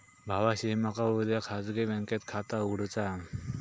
भावाशी मका उद्या खाजगी बँकेत खाता उघडुचा हा